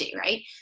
right